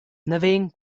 naven